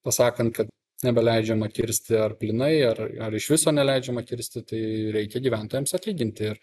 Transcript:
pasakant kad nebeleidžiama kirsti ar plynai ar ar iš viso neleidžiama kirsti tai reikia gyventojams atlyginti ir